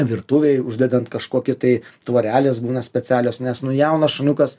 virtuvėje uždedant kažkokį tai tvorelės būna specialios nes nu jaunas šuniukas